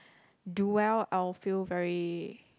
do well I will feel very